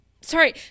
sorry